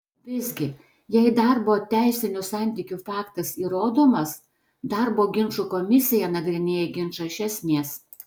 visgi jei darbo teisinių santykių faktas įrodomas darbo ginčų komisija nagrinėja ginčą iš esmės